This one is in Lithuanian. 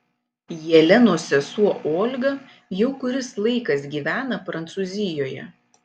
jelenos sesuo olga jau kuris laikas gyvena prancūzijoje